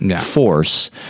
force